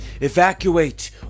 Evacuate